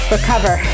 Recover